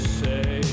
say